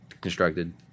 constructed